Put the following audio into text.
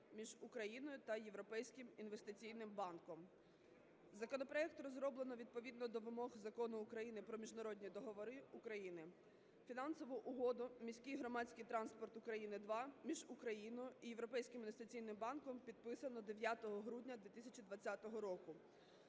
між Україною та Європейським інвестиційним банком. Законопроект розроблено відповідно до вимог Закону України "Про міжнародні договори України", Фінансову угоду "Міський громадський транспорт України ІІ" між Україною і Європейським інвестиційним банком, підписану 9 грудня 2020 року.